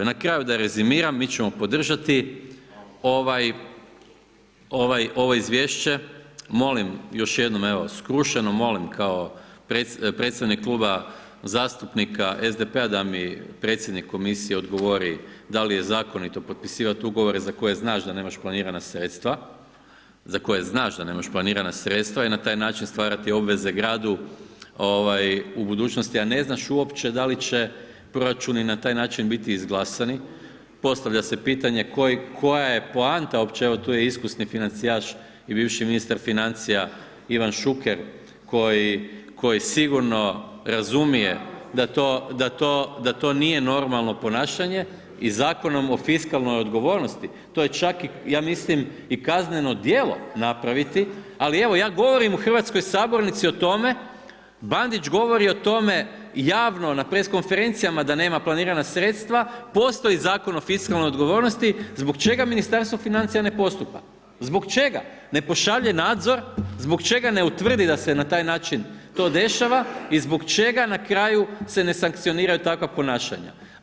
Na kraju da rezimiram, mi ćemo podržati ovo izvješće, molim još jednom, evo, skrušeno molim kao predstavnik Kluba zastupnika SDP-a da mi predsjednik komisije odgovori da li je zakonito potpisivati ugovore za koje znaš da nemaš planirana sredstva i na taj način stvarati obveze gradu ovaj u budućnosti, a ne znaš uopće da li će proračuni na taj način biti izglasani, postavlja se pitanje koja je poanta uopće, evo tu je iskusni financijaš i bivši ministar financija Ivan Šuker koji, koji sigurno razumije da to, da to nije normalno ponašanje i Zakonom o fiskalnoj odgovornosti to je čak ja mislim i kazneno djelo napraviti, ali evo ja govorim u hrvatskoj sabornici o tome, Bandić govori o tome javno na press konferencijama da nema planirana sredstava, postoji Zakon o fiskalnoj odgovornosti, zbog čega Ministarstvo financija ne postupa, zbog čega ne pošalje nadzor, zbog čega ne utvrdi da se na taj način to dešava i zbog čega na kraju se ne sankcioniraju takva ponašanja.